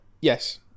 Yes